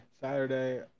Saturday